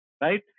right